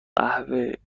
قهوه